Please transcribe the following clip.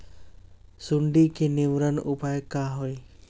सुंडी के निवारण उपाय का होए?